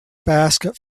basket